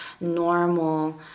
normal